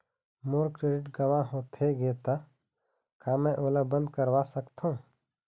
मोर credit गंवा होथे गे ता का मैं ओला बंद करवा सकथों?